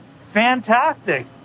fantastic